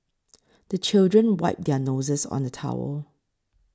the children wipe their noses on the towel